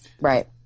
Right